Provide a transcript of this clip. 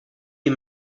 you